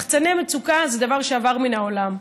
לחצני מצוקה זה דבר שעבר מהעולם.